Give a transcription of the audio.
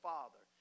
Father